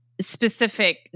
specific